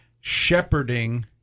shepherding